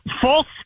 false